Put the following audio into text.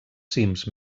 cims